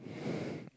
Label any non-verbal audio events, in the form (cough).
(breath)